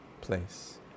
place